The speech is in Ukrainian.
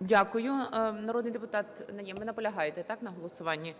Дякую. Народний депутат Найєм, ви наполягаєте, так, на голосуванні?